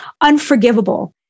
unforgivable